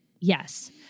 Yes